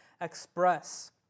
express